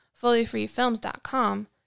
FullyFreeFilms.com